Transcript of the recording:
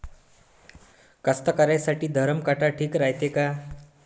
कास्तकाराइसाठी धरम काटा ठीक रायते का?